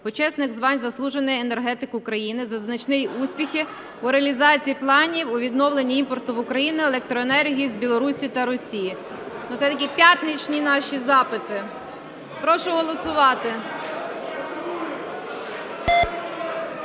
почесних звань "Заслужений енергетик України" за значні успіхи у реалізації планів у відновленні імпорту в Україну електроенергії з Білорусі та Росії. Ну це такі п'ятничні наші запити. Прошу голосувати.